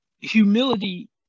humility